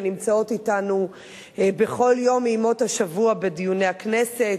ונמצאות אתנו בכל יום מימות השבוע בדיוני הכנסת,